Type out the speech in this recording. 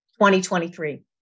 2023